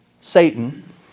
Satan